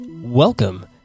Welcome